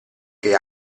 che